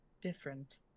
different